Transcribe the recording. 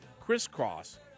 crisscross